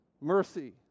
mercy